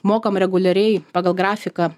mokam reguliariai pagal grafiką